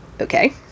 Okay